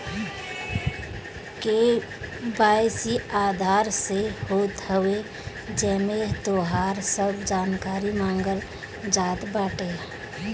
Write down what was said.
KYC Aadhaar से होत हवे जेमे तोहार सब जानकारी मांगल जात बाटे